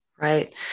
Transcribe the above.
Right